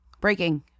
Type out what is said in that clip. Breaking